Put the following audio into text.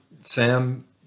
sam